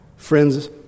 Friends